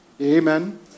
Amen